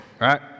right